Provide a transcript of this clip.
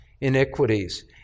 iniquities